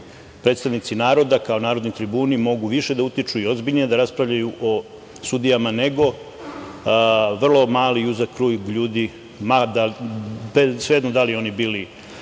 predstavnici naroda, kao narodni tribuni, mogu više da utiču i ozbiljnije da raspravljaju o sudijama, nego vrlo mali i uzak krug ljudi. Svejedno da li oni bili